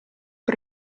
per